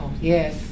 Yes